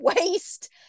waste